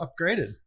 upgraded